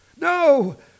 No